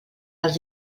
els